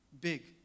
big